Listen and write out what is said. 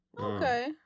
Okay